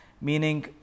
Meaning